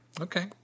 okay